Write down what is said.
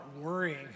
worrying